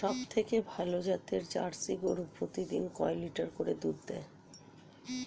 সবথেকে ভালো জাতের জার্সি গরু প্রতিদিন কয় লিটার করে দুধ দেয়?